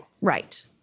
Right